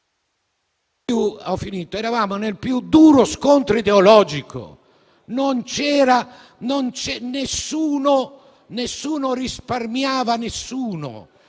trovavamo nel più duro scontro ideologico. Nessuno risparmiava nessuno.